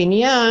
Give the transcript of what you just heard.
הבניין,